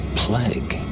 plague